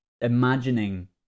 imagining